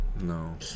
No